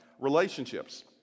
relationships